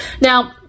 Now